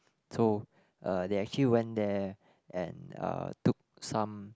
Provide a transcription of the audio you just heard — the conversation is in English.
so uh they actually went there and uh took some